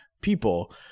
people